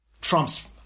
Trump's